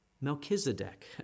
Melchizedek